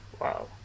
Wow